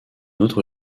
autre